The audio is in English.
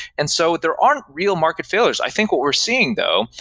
and so there aren't real market failures. i think what we're seeing though,